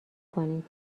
کنید